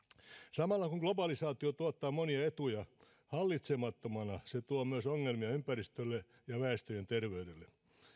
samalla kun globalisaatio tuottaa monia etuja hallitsemattomana se tuo myös ongelmia ympäristölle ja väestöjen terveydelle